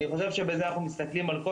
אני חושב שבזה אנחנו מסתכלים על כל